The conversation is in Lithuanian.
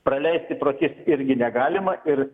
praleisti pro akis irgi negalima ir